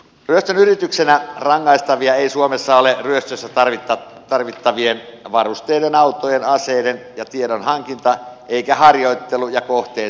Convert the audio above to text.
ryöstön yrityksenä rangaistavia eivät suomessa ole ryöstössä tarvittavien varusteiden autojen aseiden ja tiedon hankinta eivätkä harjoittelu ja kohteen seuraaminen